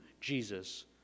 Jesus